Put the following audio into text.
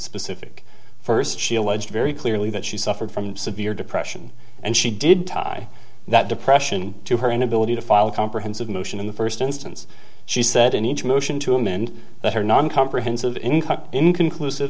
specific first she alleged very clearly that she suffered from severe depression and she did tie that depression to her inability to file a comprehensive motion in the first instance she said in each motion to amend but her non comprehensive income inconclusive